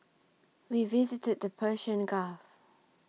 we visited the Persian Gulf